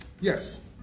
Yes